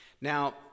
Now